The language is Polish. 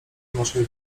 naszej